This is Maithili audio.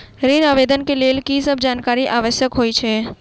ऋण आवेदन केँ लेल की सब जानकारी आवश्यक होइ है?